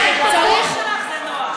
היה נוהל.